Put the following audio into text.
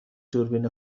دوربین